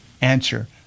Answer